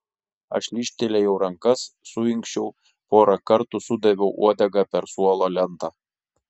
aš lyžtelėjau rankas suinkščiau porą kartų sudaviau uodega per suolo lentą